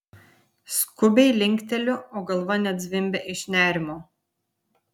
skubiai linkteliu o galva net zvimbia iš nerimo